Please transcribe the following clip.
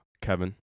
Kevin